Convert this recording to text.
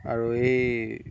আৰু এই